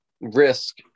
risk